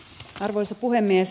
arvoisa puhemies